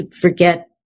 forget